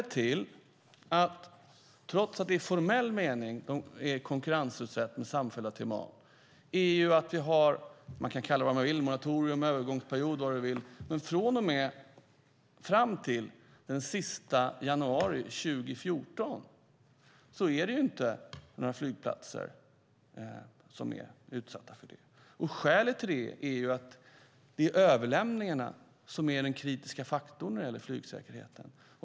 Trots att de i formell mening är konkurrensutsatta inom samfällda TMA är det inte - i och med att vi har moratorium, övergångsperiod eller kalla det vad du vill fram till den 31 januari 2014 - några flygplatser som är utsatta för det. Skälet till det är överlämningarna, som är den kritiska faktorn när det gäller flygsäkerheten.